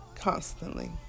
constantly